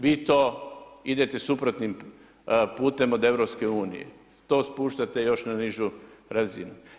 Vi to idete suprotnim putem od EU, to spuštate još na nižu razinu.